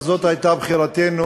אבל זאת הייתה בחירתנו,